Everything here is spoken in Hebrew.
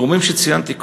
הגורמים שציינתי קודם,